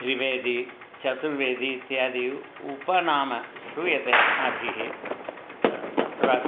त्रिवेदी चतुर्वेदी इत्यादि उपनामं श्रूयते अस्माभिः तत्र